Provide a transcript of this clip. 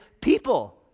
people